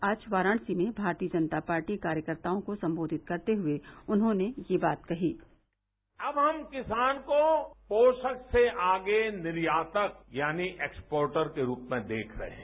आज वाराणसी में भारतीय जनता पार्टी कार्यकर्ताओं को संबोधित करते हुए उन्होंने ये बात कही अब हम किसान को पोषक से आगे निर्यातक यानी एक्सपोर्टर के रूप में देख रहे हैं